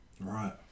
right